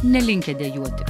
nelinkę dejuoti